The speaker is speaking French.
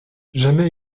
jamais